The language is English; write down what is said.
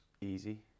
Easy